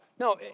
No